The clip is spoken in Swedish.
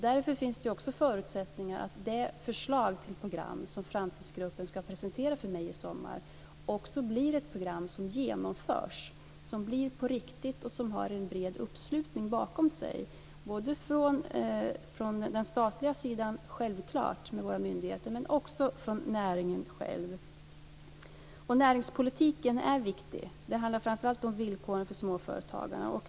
Därför finns det också förutsättningar för att det förslag till program som Framtidsgruppen ska presentera för mig i sommar också blir ett program som genomförs och som har en bred uppslutning bakom sig både från den statliga sidan med våra myndigheter - självklart - och från näringen självt. Näringspolitiken är viktig. Det handlar framför allt om villkoren för småföretagarna.